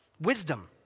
Wisdom